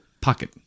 pocket